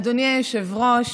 אדוני היושב-ראש,